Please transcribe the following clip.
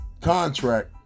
contract